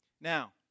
Now